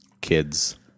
kids